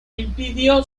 impidió